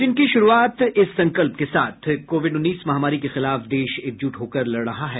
bulletin की शुरूआत से पहले ये संकल्प कोविड उन्नीस महामारी के खिलाफ देश एकजुट होकर लड़ रहा है